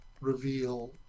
reveal